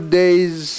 day's